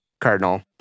Cardinal